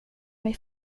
mig